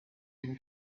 une